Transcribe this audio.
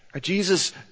Jesus